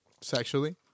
Sexually